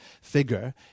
figure